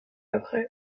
après